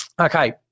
Okay